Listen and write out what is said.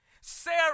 Sarah